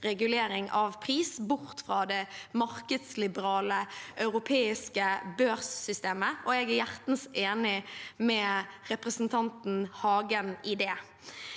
ring av pris bort fra de markedsliberale europeiske børssystemet. Jeg er hjertens enig med representanten Hagen i det.